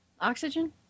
Oxygen